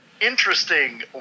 interesting